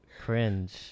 cringe